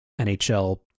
nhl